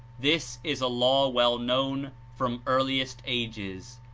this is a law well known from earliest ages.